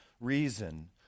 reason